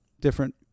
different